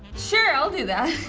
sure, i'll do that,